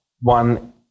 one